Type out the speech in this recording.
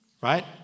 right